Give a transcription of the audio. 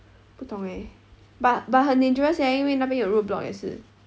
不懂 eh but but 很 dangerous eh 因为那边有:yin wie na bian you road block 也是